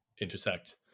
intersect